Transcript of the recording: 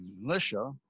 militia